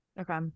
Okay